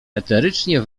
eterycznie